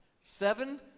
Seven